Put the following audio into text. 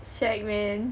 shag man